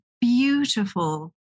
beautiful